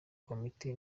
komite